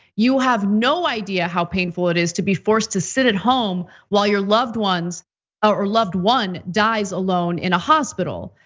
you have no idea how painful it is to be forced to sit at home while your loved ones or loved one dies alone in a hospital.